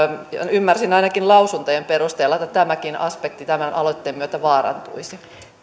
ymmärsin ainakin lausuntojen perusteella että tämäkin aspekti tämän aloitteen myötä vaarantuisi